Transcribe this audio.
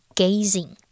gazing